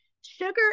sugar